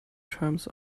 terms